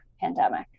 pandemic